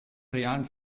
realen